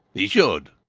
he should!